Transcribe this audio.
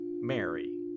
Mary